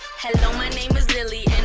hello, my name is lilly,